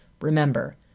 Remember